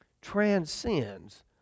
transcends